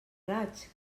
raig